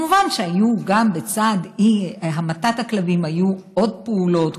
כמובן שבצד אי-המתת הכלבים היו עוד פעולות,